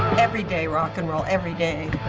every day, rock and roll. every day.